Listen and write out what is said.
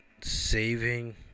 saving